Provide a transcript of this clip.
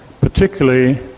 particularly